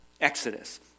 Exodus